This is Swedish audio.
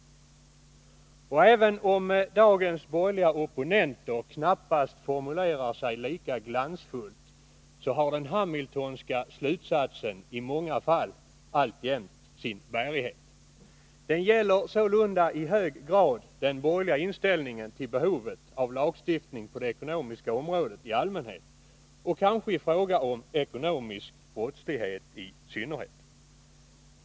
Och även om dagens borgerliga opponenter knappast formulerar sig lika glansfullt, så har den Hamiltonska slutsatsen i många fall alltjämt sin bärighet. Det gäller sålunda i hög grad den borgerliga inställningen till behovet av lagstiftning på det ekonomiska området i allmänhet och kanske i fråga om ekonomisk brottslighet i synnerhet.